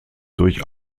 durch